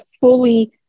fully